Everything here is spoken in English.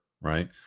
right